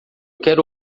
quero